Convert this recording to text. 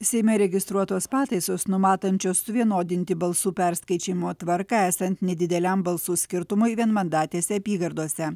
seime registruotos pataisos numatančios suvienodinti balsų perskaičiavimo tvarką esant nedideliam balsų skirtumui vienmandatėse apygardose